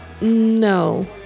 no